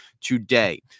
today